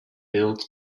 build